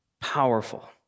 Powerful